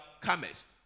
comest